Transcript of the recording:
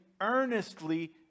earnestly